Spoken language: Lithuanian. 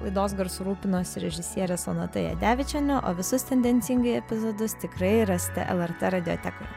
laidos garsu rūpinosi režisierė sonata jadevičienė o visus tendencingai epizodus tikrai rasite lrt radiotekoj